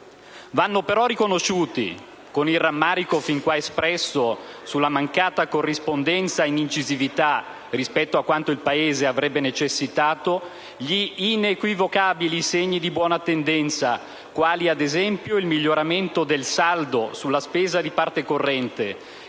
Vanno però riconosciuti, con il rammarico fin qui espresso sulla mancata corrispondenza in termini di incisività rispetto a quanto il Paese avrebbe necessitato, gli inequivocabili segnali di buona tendenza, quali, ad esempio, il miglioramento del saldo sulla spesa di parte corrente,